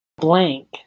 Blank